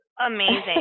amazing